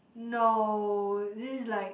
no this is like